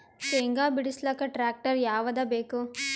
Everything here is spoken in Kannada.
ಶೇಂಗಾ ಬಿಡಸಲಕ್ಕ ಟ್ಟ್ರ್ಯಾಕ್ಟರ್ ಯಾವದ ಬೇಕು?